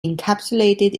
encapsulated